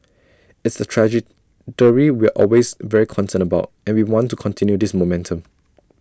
it's the trajectory we're always very concerned about and we want to continue this momentum